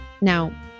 Now